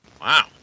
Wow